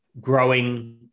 growing